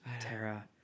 Tara